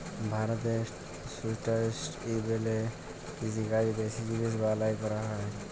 ভারতে সুস্টাইলেবেল কিষিকাজ বেশি জিলিস বালাঁয় ক্যরা হ্যয়